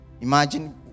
imagine